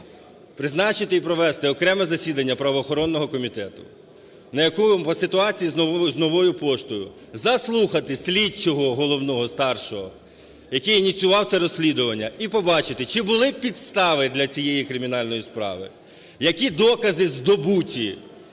призначити і провести окреме засідання правоохоронного комітету, на якому… ситуацію з "Новою поштою", заслухати слідчого головного, старшого, який ініціював це розслідування, і побачити, чи були підстави для цієї кримінальної справи, які докази здобуті.